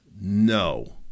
No